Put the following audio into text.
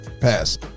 pass